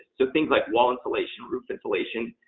so, things like wall insulation, roof insulation.